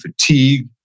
fatigue